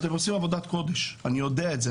אתם עושים עבודת קודש, אני יודע את זה.